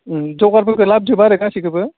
ओं जगार फोरखौ लाबोजोब आरो गासिखोबो